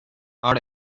are